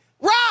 Rob